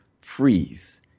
freeze